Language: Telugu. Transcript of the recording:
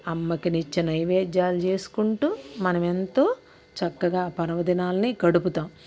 అమ్మకు నిత్య నైవేద్యాలు చేసుకుంటూ మనమెంతో చక్కగా పర్వదినాల్ని గడుపుతాం